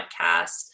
podcast